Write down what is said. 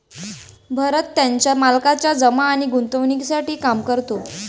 भरत त्याच्या मालकाच्या जमा आणि गुंतवणूकीसाठी काम करतो